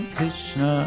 Krishna